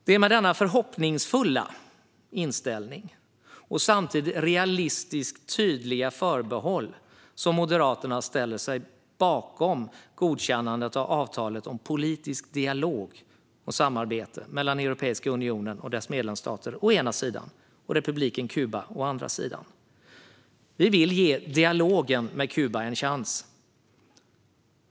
Det är med denna förhoppningsfulla inställning och samtidigt realistiskt tydliga förbehåll som Moderaterna ställer sig bakom godkännandet av avtalet om politisk dialog och samarbete mellan Europeiska unionen och dess medlemsstater å ena sidan och republiken Kuba å andra sidan. Vi vill ge dialogen med Kuba en chans.